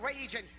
raging